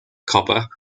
copper